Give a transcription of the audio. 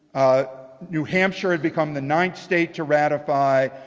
ah new hampshire had become the ninth state to ratify.